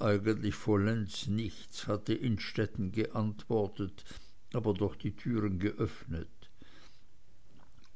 eigentlich vollends nichts hatte innstetten geantwortet aber doch die türen geöffnet